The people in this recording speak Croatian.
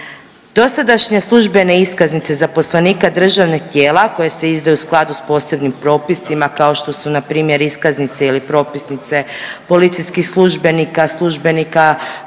Dosadašnje službene iskaznice zaposlenika državnih tijela koje se izdaju u skladu s posebnim propisima, kao što su npr. iskaznice ili propusnice policijskih službenika, službenika